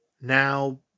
Now